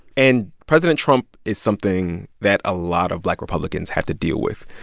and president trump is something that a lot of black republicans have to deal with.